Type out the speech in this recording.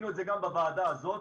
עשינו את זה גם בוועדה הזו,